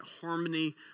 harmony